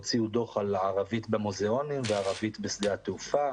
הוציאו דוח על הערבית במוזיאונים וערבית בשדה התעופה.